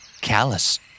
Callous